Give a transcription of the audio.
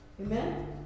Amen